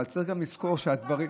אבל צריך גם לזכור שהדברים,